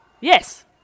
Yes